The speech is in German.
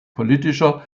politischer